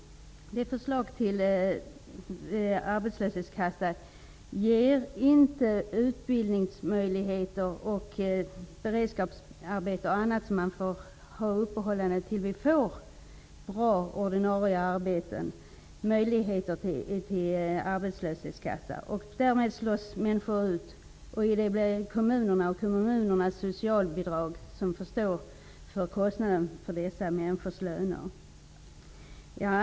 Regeringens förslag angående arbetslöshetskassan ger inte möjligheter till ersättning vid utbildning och beredskapsarbete, tills det finns bra ordinarie arbeten. Därmed slås människor ut. Det bli kommunerna som får stå för kostnaden för dessa människors löner, via socialbidrag.